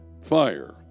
fire